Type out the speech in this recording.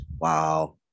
wow